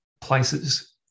places –